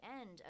end